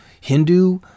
Hindu